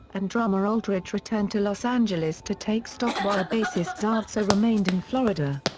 and drummer aldridge returned to los angeles to take stock while bassist sarzo remained in florida.